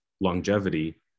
longevity